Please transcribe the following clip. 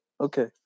Okay